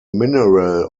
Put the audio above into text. mineral